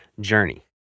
journey